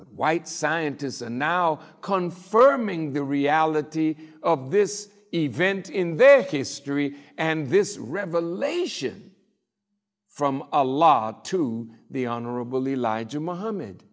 white scientists are now confirming the reality of this event in their history and this revelation from a law to the honorable elijah muhamm